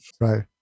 Right